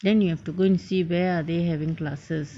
then you have to go and see where are they having classes